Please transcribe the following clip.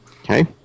Okay